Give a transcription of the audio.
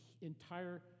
entire